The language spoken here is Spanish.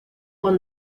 con